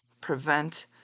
prevent